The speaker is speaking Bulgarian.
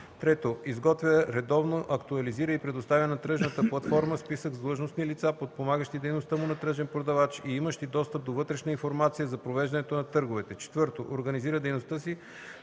3. изготвя, редовно актуализира и предоставя на тръжната платформа списък с длъжностни лица, подпомагащи дейността му на тръжен продавач и имащи достъп до вътрешна информация за провеждането на търговете; 4. организира дейността си